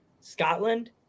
Scotland